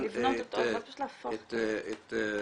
לבנות אותו ואז פשוט להפוך --- אני גם